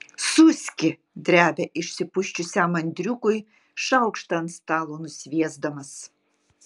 suski drebia išsipusčiusiam andriukui šaukštą ant stalo nusviesdamas